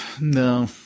no